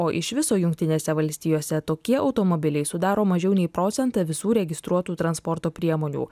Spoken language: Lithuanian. o iš viso jungtinėse valstijose tokie automobiliai sudaro mažiau nei procentą visų registruotų transporto priemonių